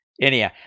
Anyhow